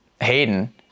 hayden